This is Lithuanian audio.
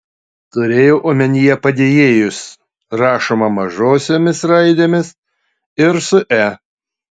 turėjau omenyje padėjėjus rašoma mažosiomis raidėmis ir su e